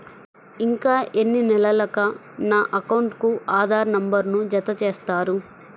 ఇంకా ఎన్ని నెలలక నా అకౌంట్కు ఆధార్ నంబర్ను జత చేస్తారు?